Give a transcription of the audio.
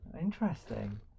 Interesting